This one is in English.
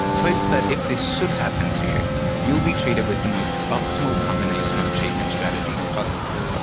hope that if this should happen to you, you will be treated with the most optimal combination of treatment strategies possible,